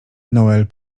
noel